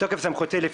שלום לכולם.